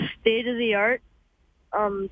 state-of-the-art